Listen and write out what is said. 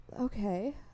Okay